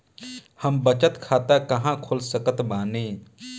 हम बचत खाता कहां खोल सकत बानी?